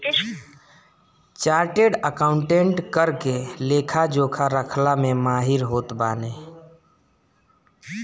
chartered accountant कर के लेखा जोखा रखला में माहिर होत बाने